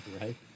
Right